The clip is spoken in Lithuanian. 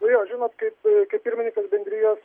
nu jo žinot kaip kaip pirmininkas bendrijos